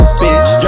bitch